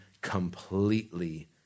completely